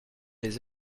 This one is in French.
des